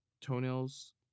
toenails